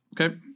Okay